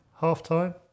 halftime